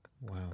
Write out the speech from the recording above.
Wow